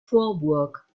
vorburg